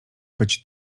być